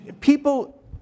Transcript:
People